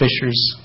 fishers